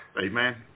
Amen